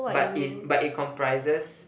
but is but it comprises